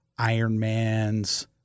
Ironmans